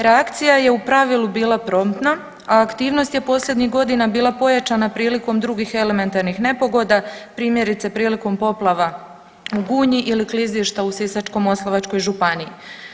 Reakcija je u pravilu bila promptna, a aktivnost je posljednjih godina bila pojačana prilikom drugih elementarnih nepogoda, primjerice, prilikom poplava u Gunji ili klizišta u Sisačko-moslavačkoj županiji.